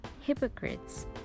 hypocrites